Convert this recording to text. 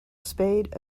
spade